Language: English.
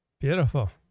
Beautiful